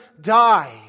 die